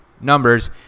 numbers